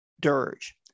dirge